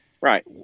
right